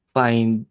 find